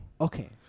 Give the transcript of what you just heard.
okay